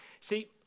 See